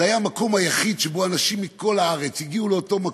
זה היה המקום היחיד שאנשים מכל הארץ הגיעו אליו,